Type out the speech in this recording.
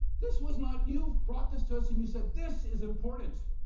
this was not you've brought this to us and you said this is important,